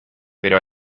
pero